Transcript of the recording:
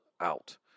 out